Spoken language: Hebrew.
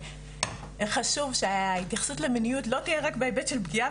איך חשוב שההתייחסות למיניות לא תהיה רק בהיבט של פגיעה,